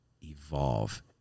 evolve